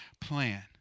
plan